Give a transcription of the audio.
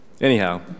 Anyhow